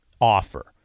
offer